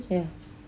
ya